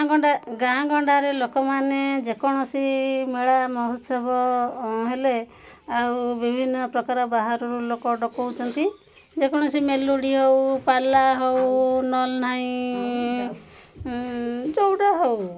ଗାଁ ଗଣ୍ଡା ଗାଁ ଗଣ୍ଡାରେ ଲୋକମାନେ ଯେକୌଣସି ମେଳା ମହୋତ୍ସବ ହେଲେ ଆଉ ବିଭିନ୍ନ ପ୍ରକାର ବାହାରୁ ଲୋକ ଡକଉଛନ୍ତି ଯେକୌଣସି ମେଲୋଡ଼ି ହଉ ପାଲା ହଉ ନହେଲା ନାଇଁ ଯେଉଁଟା ହଉ